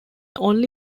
only